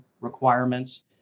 requirements